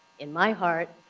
in my heart,